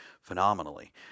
phenomenally